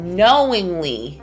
knowingly